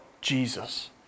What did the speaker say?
Jesus